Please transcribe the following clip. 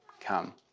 come